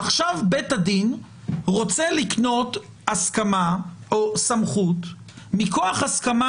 ועכשיו בית הדין רוצה לקנות הסכמה או סמכות מכוח הסכמה